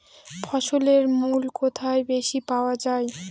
ফসলের মূল্য কোথায় বেশি পাওয়া যায়?